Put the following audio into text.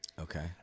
okay